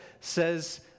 says